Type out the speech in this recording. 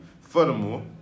Furthermore